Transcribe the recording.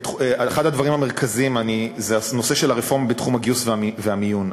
אחד הדברים המרכזיים זה הנושא של הרפורמה בתחום הגיוס והמיון.